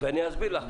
ואני אסביר לך.